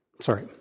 sorry